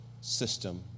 system